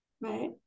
Right